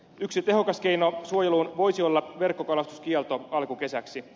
yksi tehokas keino suojeluun voisi olla verkkokalastuskielto alkukesäksi